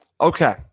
Okay